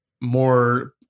more